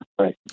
right